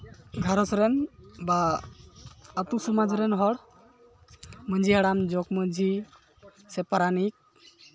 ᱜᱷᱟᱨᱚᱸᱡᱽ ᱨᱮᱱ ᱵᱟ ᱟᱹᱛᱩ ᱥᱚᱢᱟᱡᱽ ᱨᱮᱱ ᱦᱚᱲ ᱢᱟᱹᱡᱷᱤ ᱦᱟᱲᱟᱢ ᱡᱚᱜᱽ ᱢᱟᱹᱡᱷᱤ ᱥᱮ ᱯᱟᱨᱟᱱᱤᱠ